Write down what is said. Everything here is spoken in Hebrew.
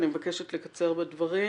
אני מבקשת לקצר בדברים.